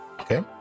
Okay